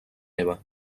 eva